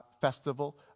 festival